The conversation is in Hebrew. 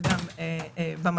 לא